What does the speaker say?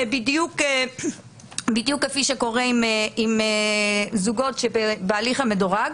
בדיוק כפי שקורה עם זוגות שהם בהליך המדורג.